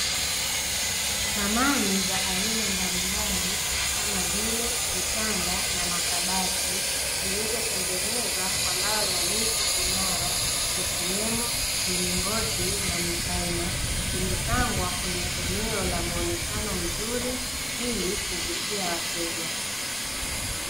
Samani za aina mbalimbali kama vile vitanda na makabati vilivyotengenezwa kwa mbao ya miti imara ikiwemo milingoti na mipaina imepangwa kwenye eneo la muonekano mzuri ili kuvutia wateja.